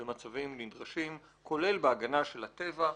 במצבים נדרשים כולל בהגנה של הטבע.